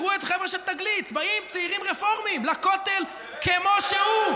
תראו את החבר'ה של תגלית: באים צעירים רפורמים לכותל כמו שהוא,